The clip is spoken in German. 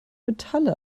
metalle